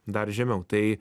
dar žemiau tai